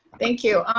thank you.